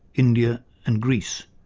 india and greece'.